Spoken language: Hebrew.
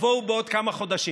תבואו בעוד כמה חודשים.